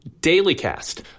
dailycast